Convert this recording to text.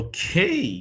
Okay